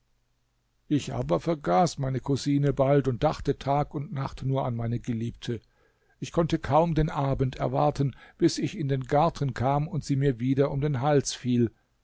ich aber vergaß meine cousine bald und dachte tag und nacht nur an meine geliebte ich konnte kaum den abend erwarten bis ich in den garten kam und sie mir wieder um den hals fiel